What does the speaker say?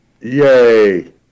Yay